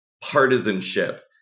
partisanship